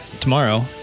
tomorrow